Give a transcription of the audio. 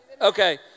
Okay